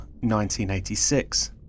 1986